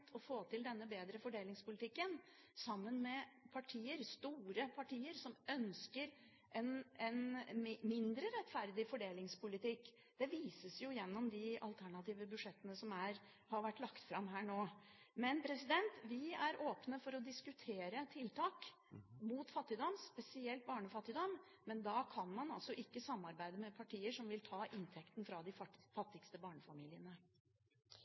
å få til en bedre fordelingspolitikk sammen med partier – store partier – som ønsker en mindre rettferdig fordelingspolitikk. Det vises jo gjennom de alternative budsjettene som har vært lagt fram. Vi er åpne for å diskutere tiltak mot fattigdom, spesielt barnefattigdom, men da kan man altså ikke samarbeide med partier som vil ta inntekten fra de fattigste barnefamiliene.